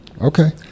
Okay